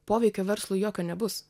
poveikio verslui jokio nebus